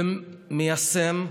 ומיישם,